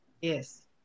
yes